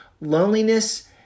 loneliness